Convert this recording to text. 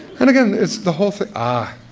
and again, it's the whole thing ah,